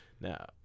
now